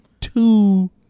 two